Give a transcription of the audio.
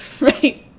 right